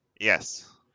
Yes